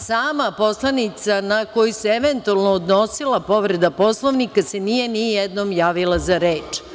Sama poslovnica na koju se odnosila eventualna povreda Poslovnika se nije nijednom javila za reč.